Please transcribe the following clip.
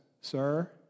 Sir